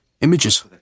images